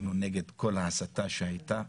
ואנחנו נגד כל ההסתה שהייתה,